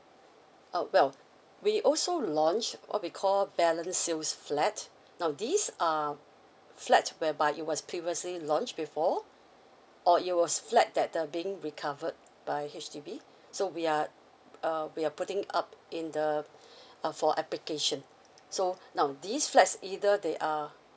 uh well we also launch what we call balance sales flat now these are flats whereby it was previously launched before or it was flat that the being recovered by H_D_B so we are uh we are putting up in the uh for application so now these flats either they are